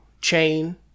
chain